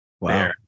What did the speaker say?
Wow